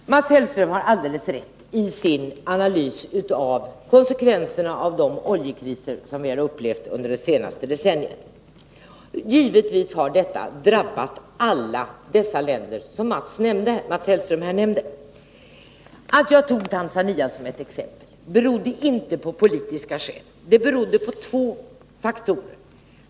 Fru talman! Mats Hellström har alldeles rätt i sin analys av konsekvenserna av de oljekriser som vi upplevt under det senaste decenniet. Givetvis har detta drabbat alla de länder som Mats Hellerström här nämnde. Att jag tog Tanzania som ett exempel berodde inte på politiska skäl, utan det berodde på två andra faktorer.